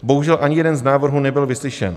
Bohužel ani jeden z návrhů nebyl vyslyšen.